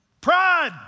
Pride